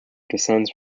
descends